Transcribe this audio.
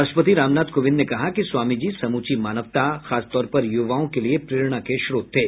राष्ट्रपति रामनाथ कोविन्द ने कहा कि स्वामीजी समूची मानवता खास तौर पर यूवाओं के लिए प्रेरणा के स्रोत थे